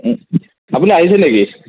আপুনি আহিছে নেকি